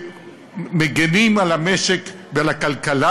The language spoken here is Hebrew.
שמגינים על המשק ועל הכלכלה,